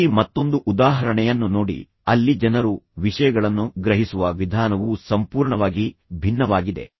ಇಲ್ಲಿ ಮತ್ತೊಂದು ಉದಾಹರಣೆಯನ್ನು ನೋಡಿ ಅಲ್ಲಿ ಜನರು ವಿಷಯಗಳನ್ನು ಗ್ರಹಿಸುವ ವಿಧಾನವು ಸಂಪೂರ್ಣವಾಗಿ ಭಿನ್ನವಾಗಿದೆ